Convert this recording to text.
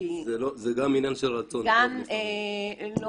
הספציפי --- זה גם עניין של רצון טוב לפעמים.